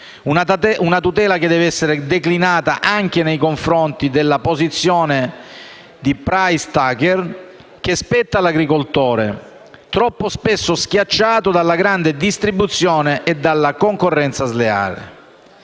una tutela che deve essere declinata anche nei confronti della posizione di *price taker* che spetta all'agricoltore, troppo spesso schiacciato dalla grande distribuzione e dalla concorrenza sleale.